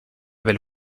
belle